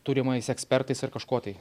turimais ekspertais ir kažkuo tai